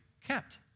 kept